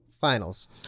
finals